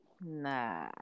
Nah